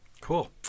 cool